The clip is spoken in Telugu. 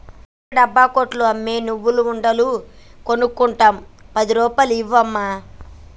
వీధి చివర డబ్బా కొట్లో అమ్మే నువ్వుల ఉండలు కొనుక్కుంట పది రూపాయలు ఇవ్వు అమ్మా